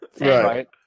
Right